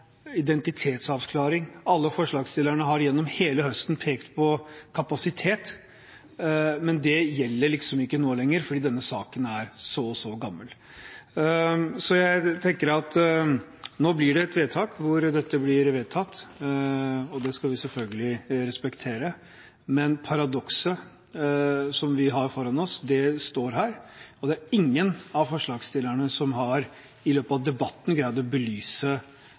identitetsavklaring. Alle forslagsstillerne har gjennom hele høsten pekt på kapasitet, men det gjelder ikke nå lenger fordi en sak er så og så gammel. Jeg tenker at nå blir dette vedtatt, og det skal vi selvfølgelig respektere, men paradokset som vi har foran oss, er her, og det er at ingen av forslagsstillerne har i løpet av debatten greid å belyse